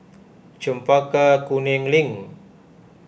Chempaka Kuning Link